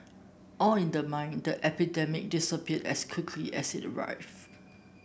all in the mind The epidemic disappeared as quickly as it arrived